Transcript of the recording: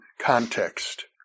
context